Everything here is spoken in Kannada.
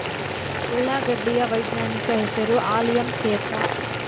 ಉಳ್ಳಾಗಡ್ಡಿ ಯ ವೈಜ್ಞಾನಿಕ ಹೆಸರು ಅಲಿಯಂ ಸೆಪಾ